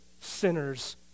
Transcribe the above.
sinners